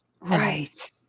Right